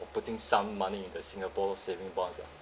p~ putting some money into singapore saving bonds ah